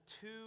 two